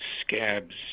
scabs